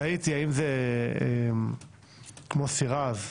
תהיתי אם זה מוסי רז,